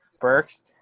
Burks